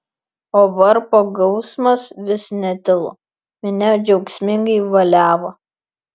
o varpo gausmas vis netilo minia džiaugsmingai valiavo